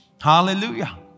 Hallelujah